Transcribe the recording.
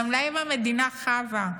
גם להם המדינה חבה,